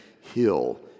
hill